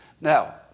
Now